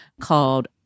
called